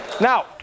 Now